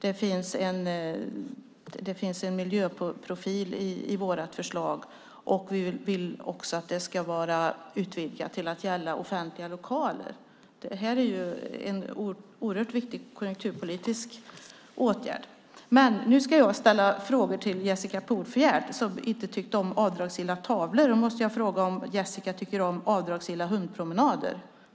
Det finns en miljöprofil i vårt förslag, och vi vill att det ska vara utvidgat till att gälla offentliga lokaler. Det här är en oerhört viktig konjunkturpolitisk åtgärd. Nu ska jag ställa en fråga till Jessica Polfjärd, som inte tyckte om avdragsgilla tavlor: Tycker Jessica om avdragsgilla hundpromenader?